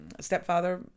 stepfather